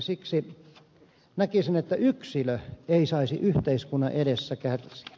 siksi näkisin että yksilö ei saisi yhteiskunnan edessä kärsiä